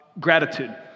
Gratitude